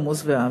תמוז ואב.